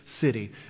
city